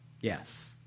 Yes